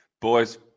Boys